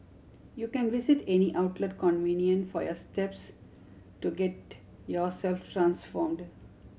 you can visit any outlet convenient for your steps to get yourself transformed